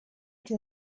can